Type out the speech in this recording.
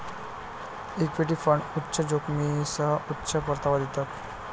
equity fund उच्च जोखमीसह उच्च परतावा देतात